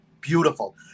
beautiful